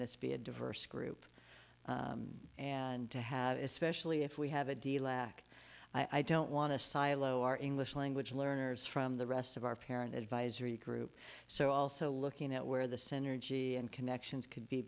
this be a diverse group and to have especially if we have a deal lack i don't want to silo our english language learners from the rest of our parent advisory group so also looking at where the synergy and connections could be